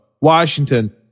Washington